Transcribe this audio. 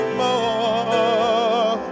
more